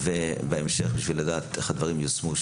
ובהמשך כדי לדעת איך הדברים ייושמו.